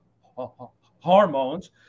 hormones